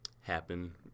happen